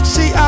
See